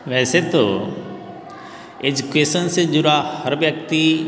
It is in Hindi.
वैसे तो ऐजुकेसन से जुड़ा हर व्यक्ति